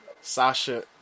Sasha